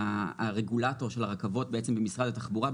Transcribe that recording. הרגולטור של הרכבות במשרד התחבורה,